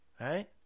right